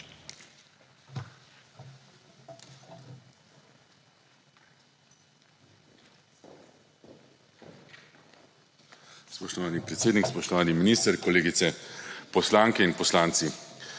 Spoštovani predsednik, spoštovani minister, kolegice poslanke in poslanci!